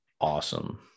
awesome